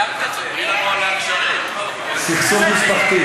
סכסוך משפחתי,